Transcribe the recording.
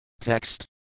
Text